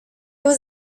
was